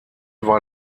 war